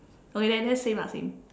okay then then same ah same